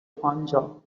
panza